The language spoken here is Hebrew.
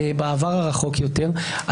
בעבר הרחוק יותר,